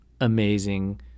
amazing